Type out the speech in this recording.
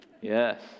Yes